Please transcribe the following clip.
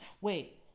Wait